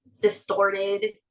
distorted